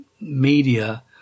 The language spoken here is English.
media